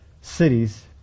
cities